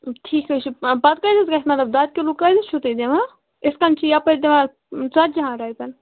ٹھیٖک حظ چھُ پَتہٕ کۭتِس گژھِ مطلب دۄدٕ کِلوٗ کۭتِس چھُو تُہۍ دِوان اِتھ کَن چھِ یَپٲرۍ دِوان ژَتجِہَن رۄپیَن